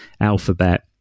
Alphabet